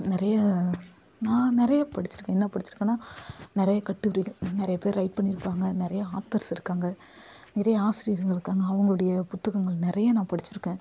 நிறைய நான் நிறைய படித்திருக்கேன் என்ன படித்திருக்கன்னா நிறைய கட்டுரைகள் நிறைய பேர் ரைட் பண்ணியிருப்பாங்க நிறைய ஆத்தர்ஸ் இருக்காங்க நிறைய ஆசிரியர்கள் இருக்காங்க அவங்களுடைய புத்தகங்கள் நிறைய நான் படித்திருக்கேன்